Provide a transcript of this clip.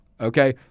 Okay